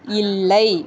இல்லை